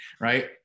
right